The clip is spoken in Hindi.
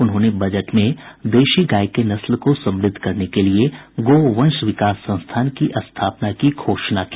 उन्होंने बजट में देशी गाय के नस्ल को समृद्ध करने के लिये गोवंश विकास संस्थान की स्थापना की घोषणा की